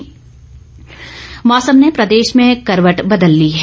मौसम मौसम ने प्रदेश में करवट बदल ली है